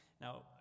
Now